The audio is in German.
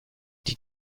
die